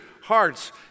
hearts